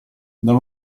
dal